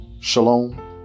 Shalom